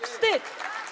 Wstyd.